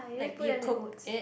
like you cooked it